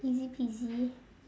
easy peasy